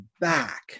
back